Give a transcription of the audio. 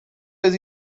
jest